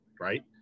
right